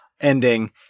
ending